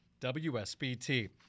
WSBT